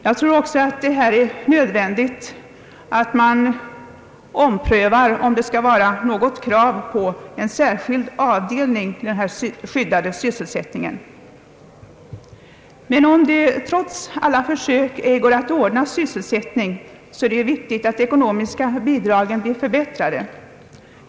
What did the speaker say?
Det är också nödvändigt att ompröva huruvida det föreligger krav på en särskild avdelning för den skyddade sysselsättningen. Om det trots alla försök ej går att ordna sysselsättningen är det dock viktigt att de ekonomiska bidragen förbättras.